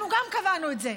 גם אנחנו קבענו את זה.